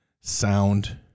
sound